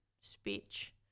speech